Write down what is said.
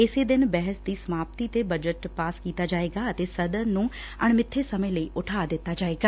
ਇਸੇ ਦਿਨ ਬਹਿਸ ਦੀ ਸਮਾਪਤੀ ਤੇ ਬਜਟ ਪਾਸ ਕੀਤਾ ਜਾਏਗਾ ਅਤੇ ਸਦਨ ਨੂੰ ਅਣਮਿੱਥੇ ਸਮੇਂ ਲਈ ਉਠਾ ਦਿੱਤਾ ਜਾਏਗਾ